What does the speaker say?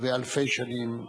ואלפי שנים.